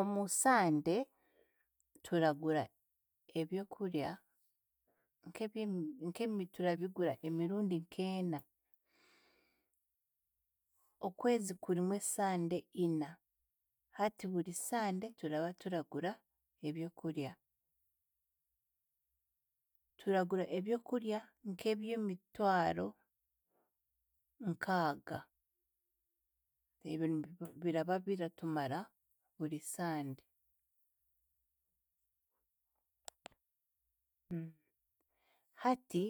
Omu sande, turagura ebyokurya nk'ebyemi nkemi turabigura emirundi nk'ena. Okwezi kurimu esande ina. Hati buri sande turaba turagura ebyokurya, turagura ebyokurya nk'eby'emitwaro nkaaga, ebyo nibi biraba biratumara buri sande. Hati